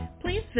Please